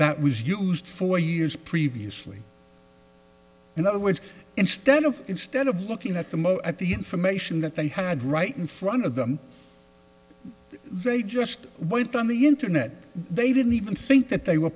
that was used for years previously in other words instead of instead of looking at the mo at the information that they had right in front of them they just went on the internet they didn't even think that they were